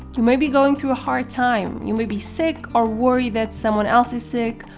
you may be going through a hard time. you may be sick, or worried that someone else is sick,